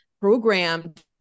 programmed